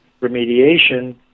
remediation